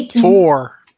Four